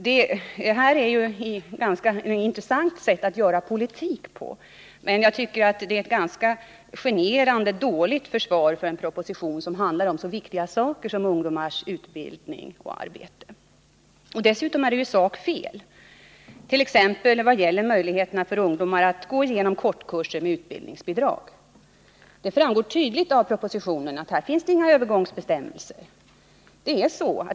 Det här är ett ganska intressant sätt att föra politik på, men det är ett generande dåligt försvar för en proposition som handlar om så viktiga saker som ungdomars utbildning och arbete. Dessutom är det i sak fel, t.ex. vad gäller möjligheterna för ungdomar att gå igenom kortkurser med utbildningsbidrag. Det framgår tydligt av propositionen att här inte finns några övergångsbestämmelser.